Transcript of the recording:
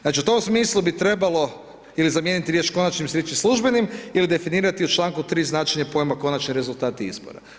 Znači u tom smislu bi trebalo ili zamijeniti riječ konačnim s riječi službenim, ili definirati u članku 3. značenje pojma konačni rezultati izbora.